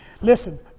Listen